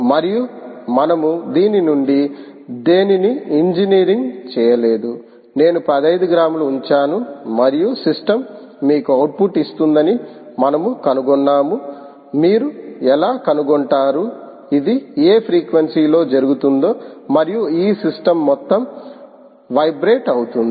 మరియు మనము దీని నుండి దేనినీ ఇంజనీరింగ్ చేయలేదు నేను 15 గ్రాములు ఉంచాను మరియు సిస్టమ్ మీకు అవుట్పుట్ ఇస్తుందని మనము కనుగొన్నాము మీరు ఎలా కనుగొంటారు ఇది ఏ ఫ్రీక్వెన్సీ లో జరుగుతుందో మరియు ఈ సిస్టమ్ మొత్తం వైబ్రేట్ అవుతుంది